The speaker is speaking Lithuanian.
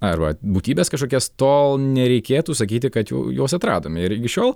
arba būtybes kažkokias tol nereikėtų sakyti kad juos atradome ir iki šiol